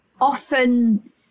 often